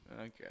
Okay